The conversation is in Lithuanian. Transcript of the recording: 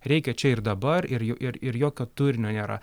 reikia čia ir dabar ir jo ir ir jokio turinio nėra